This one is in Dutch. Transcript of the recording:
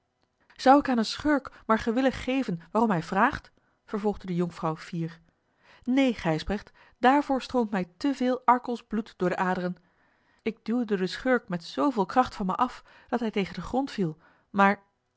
zou ik aan een schurk maar gewillig geven waarom hij vraagt vervolgde de jonkvrouw fier neen gijsbrecht daarvoor stroomt mij te veel arkelsch bloed door de aderen ik duwde den schurk met zooveel kracht van mij af dat hij tegen den grond viel maar